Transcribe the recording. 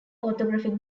orthographic